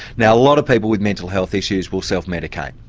now a lot of people with mental health issues will self medicate,